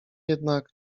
jednak